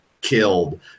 killed